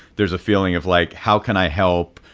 there's a feeling of, like, how can i help?